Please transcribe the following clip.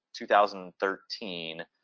2013